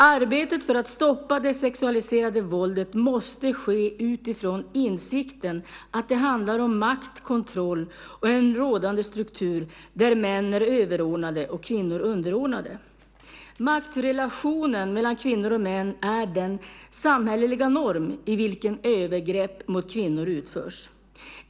Arbetet för att stoppa det sexualiserade våldet måste ske utifrån insikten att det handlar om makt, kontroll och en rådande struktur där män är överordnade och kvinnor underordnade. Maktrelationen mellan kvinnor och män är den samhälleliga norm i vilken övergrepp mot kvinnor utförs.